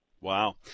Wow